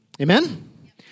Amen